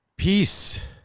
Peace